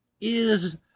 Is